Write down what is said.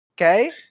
Okay